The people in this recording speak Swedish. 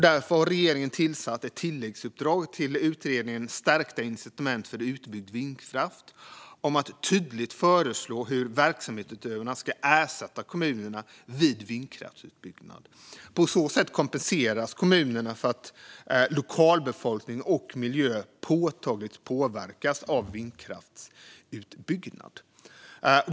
Därför har regeringen gett utredningen Stärkta incitament för utbyggd vindkraft i tilläggsuppdrag att tydligt föreslå hur verksamhetsutövarna ska ersätta kommunerna vid vindkraftsutbyggnad. På så sätt kompenseras kommunerna för att lokalbefolkning och miljö påtagligt påverkas av vindkraftsutbyggnad.